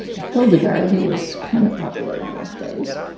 hildegard, who was kind of popular in those days,